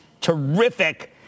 terrific